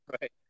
right